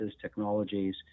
technologies